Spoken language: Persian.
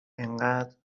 انقد